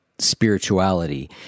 spirituality